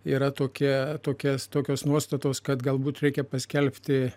yra tokia tokias tokios nuostatos kad galbūt reikia paskelbti